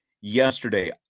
yesterday